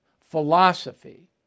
philosophy